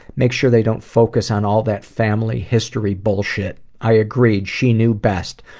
make sure they don't focus on all that family history bullshit. i agree she knew best,